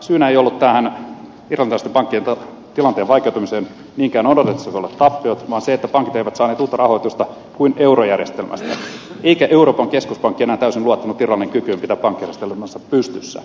syynä tähän irlantilaisten pankkien tilanteen vaikeutumiseen ei ollut niinkään odotettavissa olevat tappiot vaan se että pankit eivät saaneet uutta rahoitusta muualta kuin eurojärjestelmästä eikä euroopan keskuspankki enää täysin luottanut irlannin kykyyn pitää pankkijärjestelmäänsä pystyssä